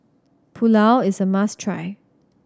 pulao is a must try